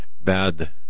bad